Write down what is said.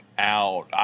out